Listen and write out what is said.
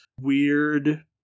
weird